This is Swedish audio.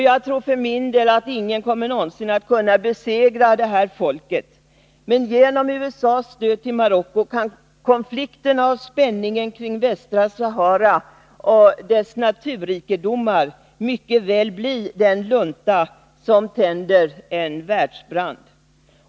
Jag tror för min del att ingen någonsin kommer att kunna besegra detta folk, men genom USA:s stöd till Marocko kan konflikterna och spänningen kring Västra Sahara och dess naturrikedomar mycket väl bli den lunta som tänder en världsbrand.